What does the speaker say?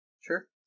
Sure